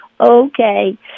Okay